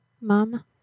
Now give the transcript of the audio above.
Mom